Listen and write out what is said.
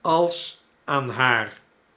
als aan haar